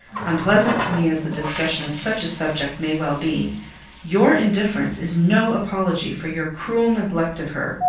unpleasant to me as the discussion of such a subject may well be your indifference is no apology for your cruel neglect of her.